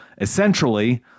essentially